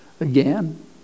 again